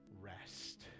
rest